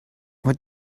what